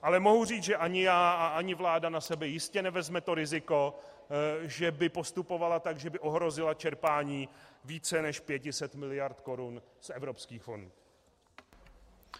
Ale mohu říct, že ani já a ani vláda na sebe jistě nevezme to riziko, že by postupovala tak, že by ohrozila čerpání více než 500 miliard korun z evropských fondů.